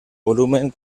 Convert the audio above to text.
volumen